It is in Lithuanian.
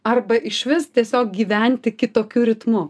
arba išvis tiesiog gyventi kitokiu ritmu